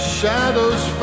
shadows